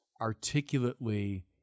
articulately